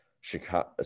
Chicago